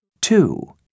Two